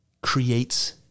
creates